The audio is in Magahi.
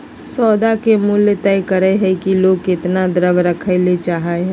सौदा के मूल्य तय करय हइ कि लोग केतना द्रव्य रखय ले चाहइ हइ